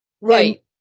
Right